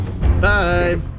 Bye